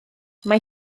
mae